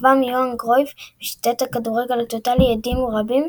כוכבם יוהאן קרויף ושיטת הכדורגל הטוטאלי הדהימו רבים,